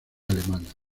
alemana